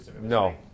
No